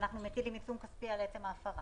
ואנחנו מטילים עיצום כספי על עצם ההפרה.